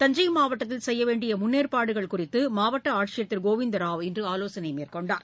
தஞ்சைமாவட்டத்தில் செய்யவேண்டியமுன்னேற்பாடுகள் குறித்தமாவட்டஆட்சியர் திருகோவிந்தராவ் இன்றுஆலோசனைமேற்கொண்டார்